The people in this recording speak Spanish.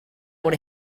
por